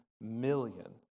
million